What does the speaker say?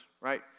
right